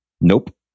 Nope